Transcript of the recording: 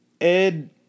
Ed